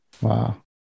Wow